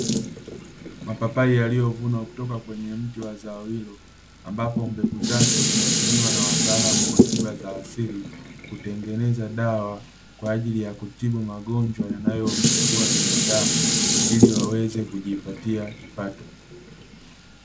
Mapapai yaliyovunwa kutoka kwenye mti wa zao hilo, ambapo mbegu zake zinatumiwa na wataalamu wa tiba za asili, kutengeneza dawa kwa ajili ya kutibu magonjwa yanayomsumbua binadamu, ili waweze kujipatia kipato.